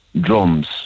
drums